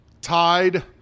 tied